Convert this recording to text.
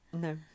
No